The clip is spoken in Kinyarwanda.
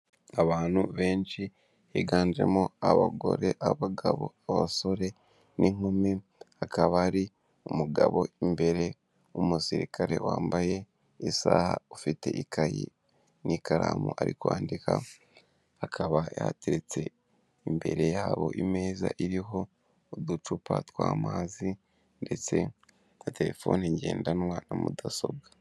Abantu benshi higanjemo abagore, abagabo, abasore n'inkumi, hakaba hari umugabo imbere w'umusirikare wambaye isaha, ufite ikayi n'ikaramu ari kwandika, akaba yahateretse imbere yabo imeza iriho uducupa tw'amazi ndetse na terefone ngendanwa na mudasobwa.